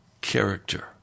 character